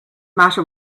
matter